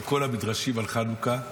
עם כל המדרשים על חנוכה במרוכז.